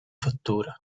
fattura